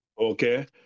Okay